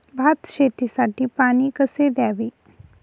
भात शेतीसाठी पाणी कसे द्यावे?